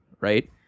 right